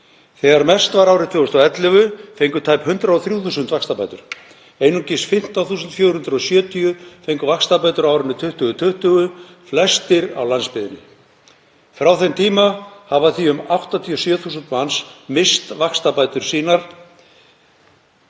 Þegar mest var, árið 2011, fengu tæp 103.000 vaxtabætur, einungis 15.470 fengu vaxtabætur á árinu 2020, flestir á landsbyggðinni. Frá þeim tíma hafa því um 87.000 manns misst vaxtabætur sínar